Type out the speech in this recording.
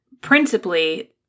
principally